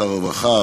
שר הרווחה,